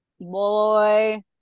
boy